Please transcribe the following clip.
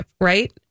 right